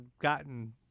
gotten